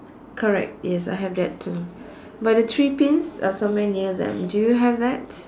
correct yes I have that too but the three pins are somewhere near them do you have that